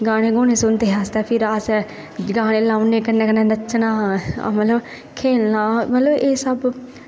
गाने सुनदे हे फिर अस गाने लाई ओड़ने कन्नै कन्नै नच्चना खेल्लना मतलब इस स्हाबै दे